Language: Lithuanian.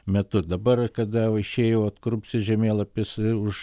metu dabar kada išėjo vat korupcijos žemėlapis už